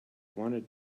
wanted